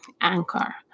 Anchor